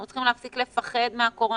אנחנו צריכים להפסיק לפחד מהקורונה,